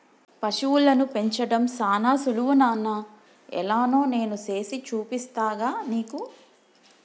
పశువులను పెంచడం సానా సులువు నాన్న ఎలానో నేను సేసి చూపిస్తాగా నీకు